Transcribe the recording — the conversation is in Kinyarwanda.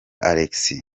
alex